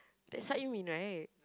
that's what you mean right